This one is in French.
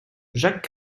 jacques